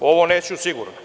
Ovo neću sigurno.